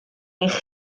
eich